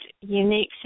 unique